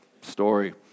story